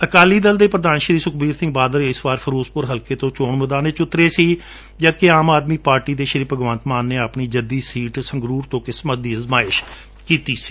ਅਕਾਲੀ ਦਲ ਦੇ ਪ੍ਰਧਾਨ ਸੁਖਬੀਰ ਸਿੰਘ ਬਾਦਲ ਇਸ ਵਾਰ ਫਿਰੋਜ਼ਪੁਰ ਤੋ' ਚੋਣ ਮੈਦਾਨ ਵਿਚ ਉਤਰੇ ਸੀ ਜਦਕਿ ਆਮ ਆਦਮੀ ਪਾਰਟੀ ਦੇ ਭਗਵੰਤ ਮਾਨ ਨੇ ਆਪਣੀ ਜੱਦੀ ਸੀਟ ਸੰਗਰੂਰ ਤੋ ਕਿਸਮਤ ਅਜਮਾਉਣ ਦਾ ਫੈਸਲਾ ਕੀਤ ਸੀ